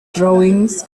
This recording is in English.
drawings